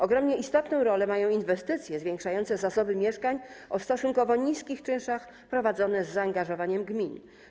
Ogromnie istotną rolę mają inwestycje zwiększające zasoby mieszkań o stosunkowo niskich czynszach prowadzone z zaangażowaniem gmin.